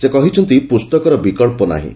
ସେ କହିଛନ୍ତି ପୁସ୍ତକର ବିକ୍ସ ନାହିଁ